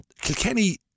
Kilkenny